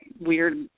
weird